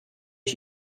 ich